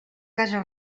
casa